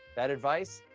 that advice?